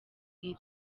iri